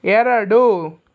ಎರಡು